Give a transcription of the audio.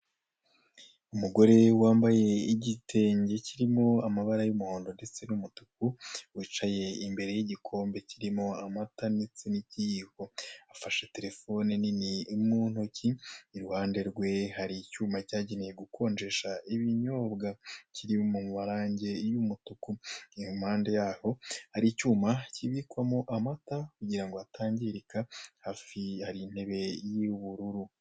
Umugore wambaye igitenge cyirimo amabara y'muhondo ndetse n'umutuku, wicaye imbere y'igikombe kirimo amata ndetse n'ikiyiko. afashe terephone m'intoki iruhande rwe hari icyuma cyagenewe gukonjesha ibinyobwa kiri mumarange y'umutuku, mumpande yaho hari icyuma kibikwamo amata kugira ngo atangirika, hafi hari inebe y'ubururu.